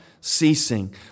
ceasing